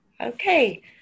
Okay